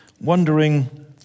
wondering